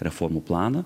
reformų planą